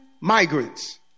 migrants